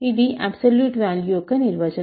ఇది absolute value యొక్క నిర్వచనం